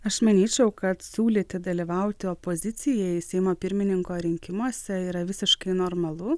aš manyčiau kad siūlyti dalyvauti opozicijai seimo pirmininko rinkimuose yra visiškai normalu